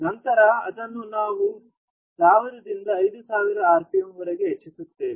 ನಂತರ ಅದನ್ನು ನಾವು 1000 ರಿಂದ 5000 ಆರ್ಪಿಎಂ ವರೆಗೆ ಹೆಚ್ಚಿಸುತ್ತೇವೆ